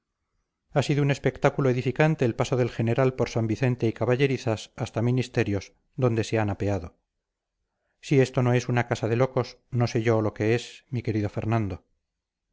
ha sido un espectáculo edificante el paso del general por san vicente y caballerizas hasta ministerios donde se han apeado si esto no es una casa de locos no sé yo lo que es mi querido fernando